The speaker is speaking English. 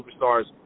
Superstars